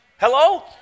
Hello